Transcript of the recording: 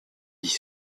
dix